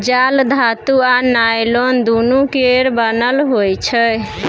जाल धातु आ नॉयलान दुनु केर बनल होइ छै